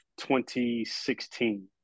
2016